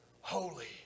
Holy